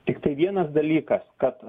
tiktai vienas dalykas kad